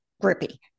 grippy